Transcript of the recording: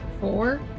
Four